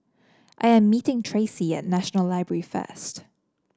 I am meeting Tracee at National Library first